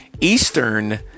Eastern